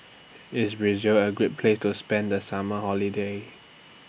IS Brazil A Great Place to spend The Summer Holiday